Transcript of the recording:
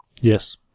Yes